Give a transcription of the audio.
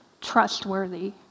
trustworthy